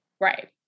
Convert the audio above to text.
Right